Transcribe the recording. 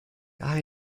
eye